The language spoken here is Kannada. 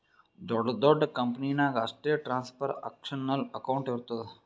ದೊಡ್ಡ ದೊಡ್ಡ ಕಂಪನಿ ನಾಗ್ ಅಷ್ಟೇ ಟ್ರಾನ್ಸ್ಅಕ್ಷನಲ್ ಅಕೌಂಟ್ ಇರ್ತುದ್